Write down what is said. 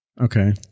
Okay